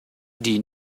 die